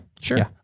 sure